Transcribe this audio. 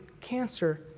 cancer